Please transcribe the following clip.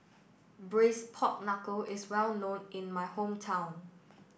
Braised Pork Knuckle is well known in my hometown